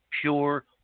pure